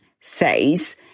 says